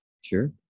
sure